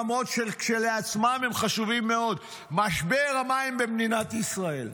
למרות שכשלעצמם הם חשובים מאוד: משבר המים במדינת ישראל,